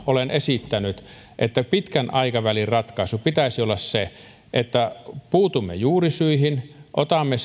olen esittänyt että pitkän aikavälin ratkaisun pitäisi olla se että puutumme juurisyihin otamme